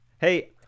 hey